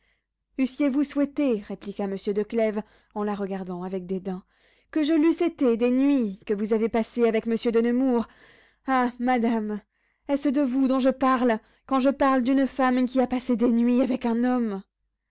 eussiez-vous souhaité répliqua monsieur de clèves en la regardant avec dédain que je l'eusse été des nuits que vous avez passées avec monsieur de nemours ah madame est-ce de vous dont je parle quand je parle d'une femme qui a passé des nuits avec un homme